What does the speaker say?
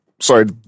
sorry